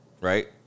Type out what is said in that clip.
right